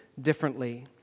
differently